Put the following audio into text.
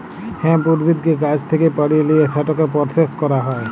hemp উদ্ভিদকে গাহাচ থ্যাকে পাড়ে লিঁয়ে সেটকে পরসেস ক্যরা হ্যয়